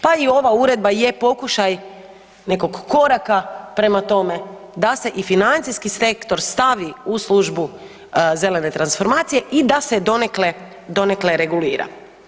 Pa i ova uredba je pokušaj nekog koraka prema tome da se i financijski sektor stavi u službu zelene transformacije i da se donekle regulira.